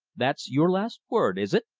that's your last word, is it?